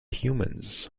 humans